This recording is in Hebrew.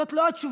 זאת לא התשובה.